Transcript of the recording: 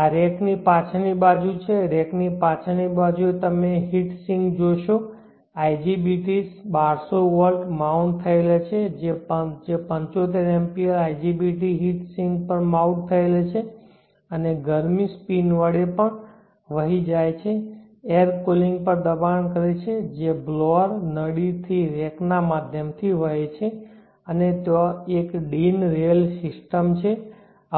આ રેકની પાછળની બાજુ છે રેકની પાછળની બાજુએ તમે હીટ સિંક જોશો IGBTs 1200 વોલ્ટ માઉન્ટ થયેલ છે 75 amps IGBTs હીટ સિંક પર માઉન્ટ થયેલ છે અને ગરમી સ્પિન વડે પણ વહી જાય છે એર કૂલિંગ પર દબાણ કરે છે જે બ્લોઅર નળી થી રેક ના માધ્યમથી વહે છે અને ત્યાં એક ડિન રેલ સિસ્ટમ છે અને